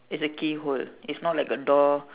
it's a key hole it's not like a door